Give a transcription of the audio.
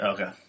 Okay